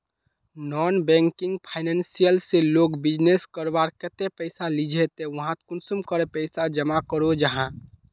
Non banking financial से लोग business करवार केते पैसा लिझे ते वहात कुंसम करे पैसा जमा करो जाहा?